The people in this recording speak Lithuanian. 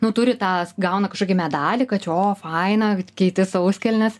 nu turi tą gauna kažkokį medalį kad čia o faina keiti sauskelnes